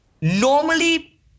normally